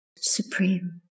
supreme